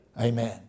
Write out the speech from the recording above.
Amen